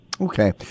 Okay